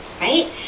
Right